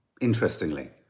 interestingly